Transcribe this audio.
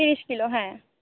তিরিশ কিলো হ্যাঁ